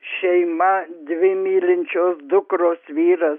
šeima dvi mylinčios dukros vyras